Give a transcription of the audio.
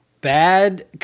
bad